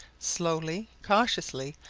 slowly, cautiously,